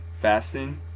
fasting